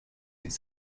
des